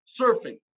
surfing